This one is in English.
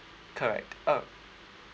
correct uh